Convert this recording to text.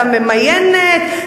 ועדה ממיינת,